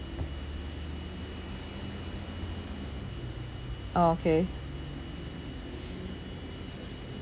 okay